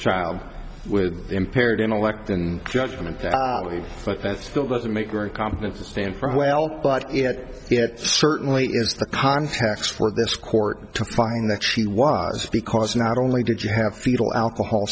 child with impaired intellect and judgment but that still doesn't make very competent to stand for help but it certainly is the context for this court to find that she was because not only did you have fetal alcohol